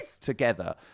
together